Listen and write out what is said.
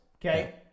Okay